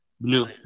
Blue